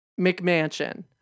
McMansion